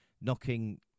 knocking